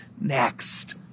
next